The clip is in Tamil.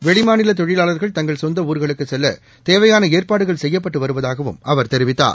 வெளிமாநிலதொழிலாளா்கள் தங்கள் சொந்தஊ்களுக்குசெல்லதேவையானஏற்பாடுகள் செய்யப்பட்டுவருவதாகவும் அவர் தெரிவித்தார்